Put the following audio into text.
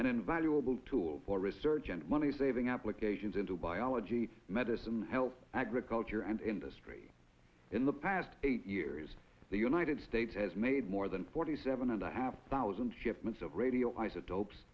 and invaluable tool for research and money saving applications into biology medicine health agriculture and industry in the past eight years the united states has made more than forty seven and a half thousand shipments of radioisotopes